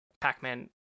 Pac-Man